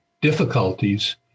difficulties